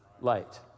light